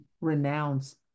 renounce